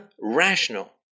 rational